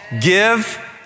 give